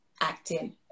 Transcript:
acting